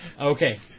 Okay